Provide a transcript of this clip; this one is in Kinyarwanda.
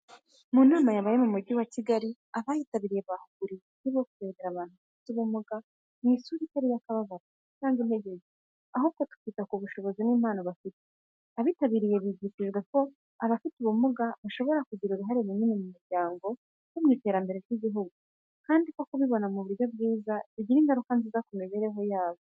Mu nama yabaye mu Mujyi wa Kigali, abayitabiriye bahuguriwe uburyo bwo kurebera abantu bafite ubumuga mu isura itari iy’akababaro cyangwa intege nke, ahubwo tukita ku bushobozi n’impano bafite. Abitabiriye bigishijwe ko abafite ubumuga bashobora kugira uruhare runini mu muryango no mu iterambere ry’igihugu, kandi ko kubibona mu buryo bwiza bigira ingaruka nziza ku mibereho yabo.